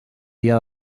dia